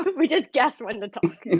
we just guess when to talk.